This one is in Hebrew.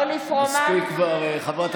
מספיק כבר, חברת